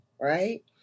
right